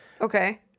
okay